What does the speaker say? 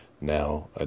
now